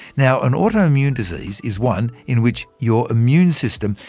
now an autoimmune disease is one in which your immune system,